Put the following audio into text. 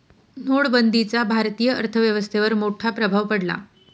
नोटबंदीचा भारतीय अर्थव्यवस्थेवर मोठा प्रभाव पडला